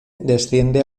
desciende